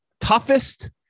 toughest